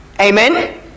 Amen